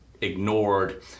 ignored